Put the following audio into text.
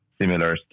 similar